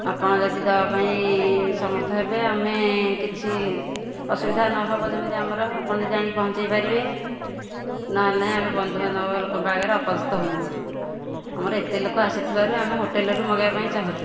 ଆପଣ ଯଦି ଦେବା ପାଇଁ ସମର୍ଥ ହେବେ ଆମେ କିଛି ଅସୁବିଧା ନହେବ ଯେମିତି ଆମର ଆପଣ ଯଦି ଆଣି ପହଞ୍ଚାଇ ପାରିବେ ନହେଲେ ନାହିଁ ଆମେ ବନ୍ଧୁବାନ୍ଧବ ଲୋକଙ୍କ ଆଗରେ ଅପଦସ୍ତ ହେବୁ ଆମର ଏତେ ଲୋକ ଆସିଥିବାରୁ ଆମେ ହୋଟେଲ୍ରୁ ମଗାଇବାକୁ ଚାହୁଁଛୁ